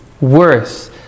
worse